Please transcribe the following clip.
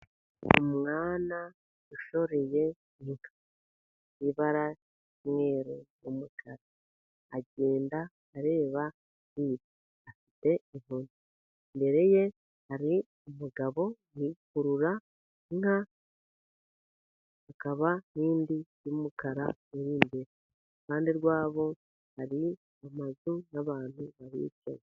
Umwana ushoreye Inka y'ibara ry'umweru n'umukara, agenda areba inyuma afite inkoni, imbere ye hari umugabo ukurura inka, hakaba n'indi y'umukara, iruhande rwabo hari amazu y'abantu bahicaye.